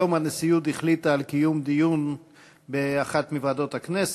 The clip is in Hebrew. היום הנשיאות החליטה על קיום דיון באחת מוועדות הכנסת.